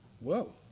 Whoa